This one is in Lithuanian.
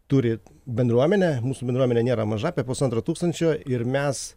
turi bendruomenę mūsų bendruomenė nėra maža apie pusantro tūkstančio ir mes